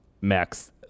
Max